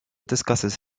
discusses